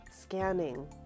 Scanning